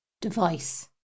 device